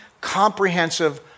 comprehensive